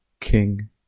king